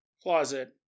Closet